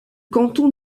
canton